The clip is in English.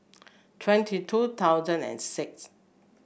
twenty two thousand and six